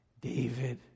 David